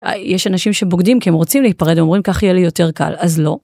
יש אנשים שבוגדים כי הם רוצים להיפרד אומרים ככה יהיה לי יותר קל אז לא.